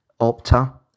Opta